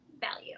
value